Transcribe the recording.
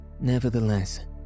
Nevertheless